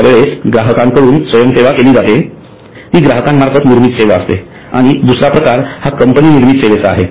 ज्यावेळेस ग्राहकांकडून स्वयंसेवा केली जाते ती ग्राहका मार्फत निर्मित सेवा असते आणि दुसरा प्रकार'हा कंपनी निर्मित सेवेचा आहे